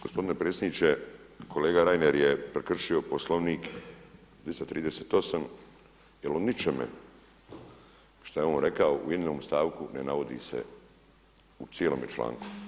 Gospodine predsjedniče, kolega Reiner je prekršio Poslovnik 238. jer u ničemu što je on rekao, ni u jednom stavku ne navodi se u cijelome članku.